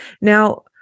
Now